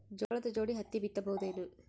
ಜೋಳದ ಜೋಡಿ ಹತ್ತಿ ಬಿತ್ತ ಬಹುದೇನು?